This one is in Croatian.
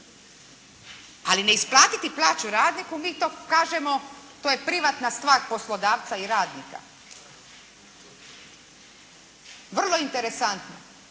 Ali ne isplatiti plaću radniku mi to kažemo to je privatna stvar poslodavca i radnika. Vrlo interesantno.